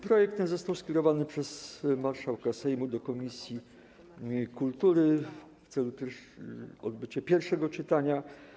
Projekt ten został skierowany przez marszałka Sejmu do komisji kultury w celu odbycia pierwszego czytania.